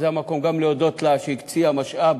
וזה המקום גם להודות לה על שהקצתה משאב